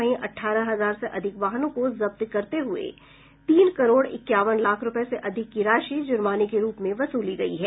वहीं अठारह हजार से अधिक वाहनों को जब्त करते हुए तीन करोड़ इक्यावन लाख रूपये से अधिक की राशि जुर्माने के रूप में वसूली गयी है